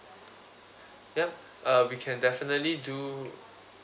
yup uh we can definitely do